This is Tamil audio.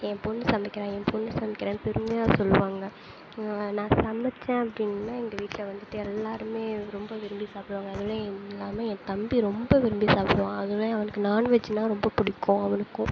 என் பொண்ணு சமைக்கிறா என் பொண்ணு சமைக்கிறானு பெருமையாக சொல்லுவாங்க நான் சமைத்தேன் அப்படின்னா எங்கள் வீட்டில் வந்துட்டு எல்லாேருமே ரொம்ப விரும்பி சாப்பிடுவாங்க அதிலயும் இல்லாமே என் தம்பி ரொம்ப விரும்பி சாப்பிடுவான் அதில் அவனுக்கு நான்வெஜ்னால் ரொம்ப பிடிக்கும் அவனுக்கும்